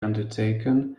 undertaken